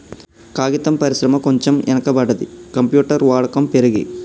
కాగితం పరిశ్రమ కొంచెం వెనక పడ్డది, కంప్యూటర్ వాడకం పెరిగి